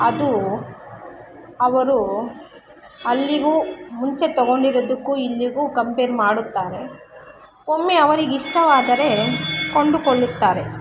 ಅದು ಅವರು ಅಲ್ಲಿಗೂ ಮುಂಚೆ ತಗೊಂಡಿರೋದಕ್ಕೂ ಇಲ್ಲಿಗು ಕಂಪೇರ್ ಮಾಡುತ್ತಾರೆ ಒಮ್ಮೆ ಅವರಿಗಿಷ್ಟವಾದರೆ ಕೊಂಡುಕೊಳ್ಳುತ್ತಾರೆ